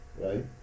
Right